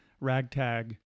ragtag